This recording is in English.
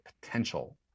potential